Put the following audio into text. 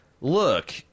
look